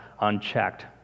unchecked